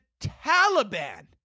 Taliban